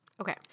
Okay